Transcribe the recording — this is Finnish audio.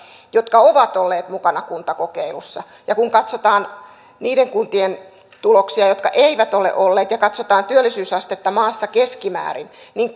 jotka ovat olleet mukana kuntakokeilussa ja kun katsotaan niiden kuntien tuloksia jotka eivät ole olleet ja katsotaan työllisyysastetta maassa keskimäärin niin